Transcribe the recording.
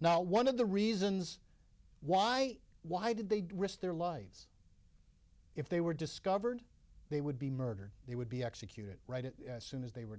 not one of the reasons why why did they risk their lives if they were discovered they would be murdered they would be executed right it as soon as they were